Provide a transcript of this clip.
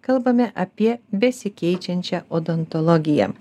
kalbame apie besikeičiančią odontologiją